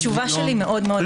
התשובה שלי מאוד ברורה.